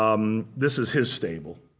um this is his stable.